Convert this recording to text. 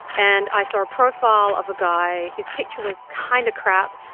and i saw a profile of a guy. his picture was kind of crap,